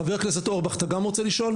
חבר הכנסת אורבך, אתה גם רוצה לשאול.